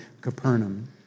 Capernaum